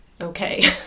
okay